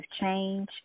change